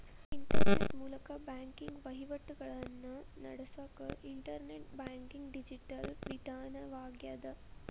internet ಮೂಲಕ banking ವಹಿವಾಟಿಗಳನ್ನ ನಡಸಕ ಇಂಟರ್ನೆಟ್ ಬ್ಯಾಂಕಿಂಗ್ ಡಿಜಿಟಲ್ ವಿಧಾನವಾಗ್ಯದ